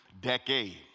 decade